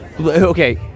okay